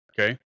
Okay